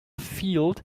field